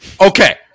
Okay